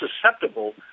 susceptible